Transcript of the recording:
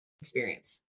Experience